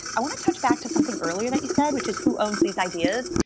i want to touch back to something earlier that you said, which is who owns these ideas.